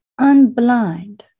unblind